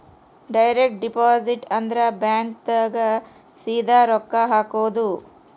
direct deposit ಅಂದ್ರ bank ದಾಗ ಸೀದಾ ರೊಕ್ಕ ಹಾಕೋದು